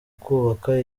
kubaka